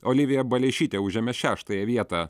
olivija baleišytė užėmė šeštąją vietą